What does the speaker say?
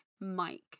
Mike